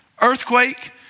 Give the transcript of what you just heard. Earthquake